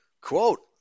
Quote